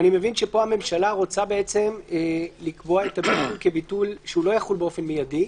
אני מבין שפה הממשלה רוצה לקבוע את הביטול כביטול שלא יחול באופן מיידי.